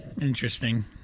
Interesting